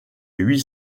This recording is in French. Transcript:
huit